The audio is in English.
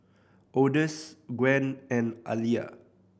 Odus Gwen and Aliya